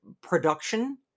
production